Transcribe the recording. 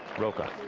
rocca.